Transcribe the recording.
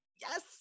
yes